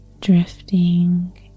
drifting